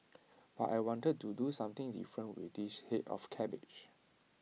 but I wanted to do something different with this Head of cabbage